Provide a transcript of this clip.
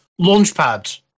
Launchpad